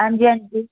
हांजी हांजी